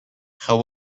how